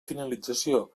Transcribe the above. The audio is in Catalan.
finalització